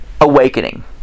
Awakening